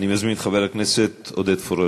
אני מזמין את חבר הכנסת עודד פורר.